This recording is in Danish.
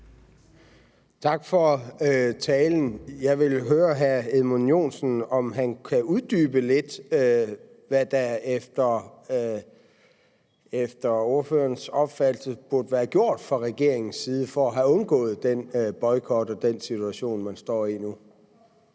Tak for talen. Jeg vil høre hr. Edmund Joensen, om han kan uddybe lidt, hvad der efter ordførerens opfattelse burde være gjort fra regeringens side for at have undgået den boykot og den situation, man står i nu.